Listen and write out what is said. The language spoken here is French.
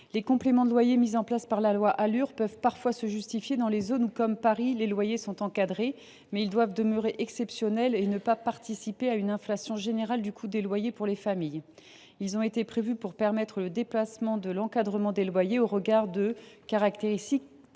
au logement et un urbanisme rénové, dite loi Alur, peuvent parfois se justifier dans les zones où, comme à Paris, les loyers sont encadrés, mais ils doivent demeurer exceptionnels et ne pas participer à une inflation générale du coût des loyers pour les familles. Ils ont été prévus pour permettre d’aller au delà de l’encadrement des loyers au regard d’éventuelles caractéristiques